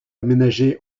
aménagé